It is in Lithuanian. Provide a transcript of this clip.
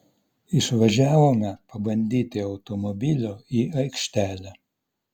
išvažiavome pabandyti automobilio į aikštelę